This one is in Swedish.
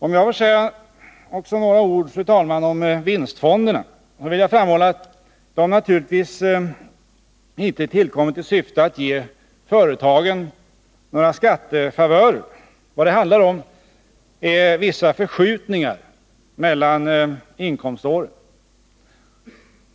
Om jag får säga några ord till om vinstfonderna, vill jag framhålla att de naturligtvis inte tillkommit i syfte att ge företagen några skattefavörer. Vad det handlar om är vissa förskjutningar mellan inkomståren.